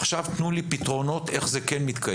עכשיו תתנו לי פתרונות איך זה מתקיים,